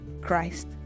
Christ